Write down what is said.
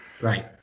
Right